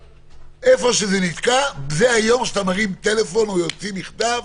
איפה שזה נתקע זה היום שאתה מרים טלפון או מוציא מכתב: